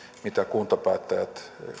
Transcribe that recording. mitä kuntapäättäjät